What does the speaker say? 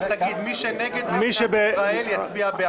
רק תגיד מי שנגד מדינת ישראל, יצביע בעד.